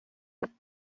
pane